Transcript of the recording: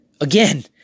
Again